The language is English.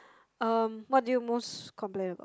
um what do you most complain